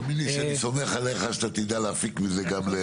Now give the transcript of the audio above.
תאמין לי שאני סומך עליך שאתה תדע להפיק מזה גם ל